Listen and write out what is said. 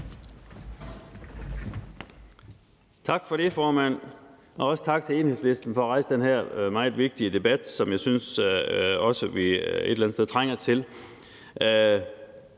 Tak for det, formand. Også tak til Enhedslisten for at rejse den her meget vigtige debat, som jeg også et eller andet sted synes vi